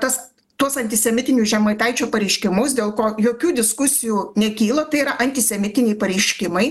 tas tuos antisemitinius žemaitaičio pareiškimus dėl ko jokių diskusijų nekyla tai yra antisemitiniai pareiškimai